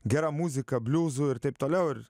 gera muzika bliuzu ir taip toliau ir